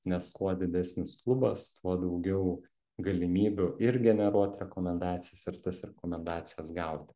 nes kuo didesnis klubas tuo daugiau galimybių ir generuot rekomendacijas ir tas rekomendacijas gauti